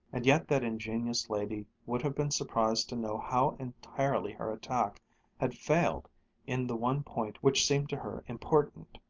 and yet that ingenious lady would have been surprised to know how entirely her attack had failed in the one point which seemed to her important,